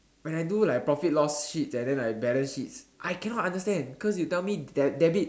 when I do like profit loss sheets and then like balance sheets I cannot understand cause you tell me that debit